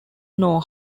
know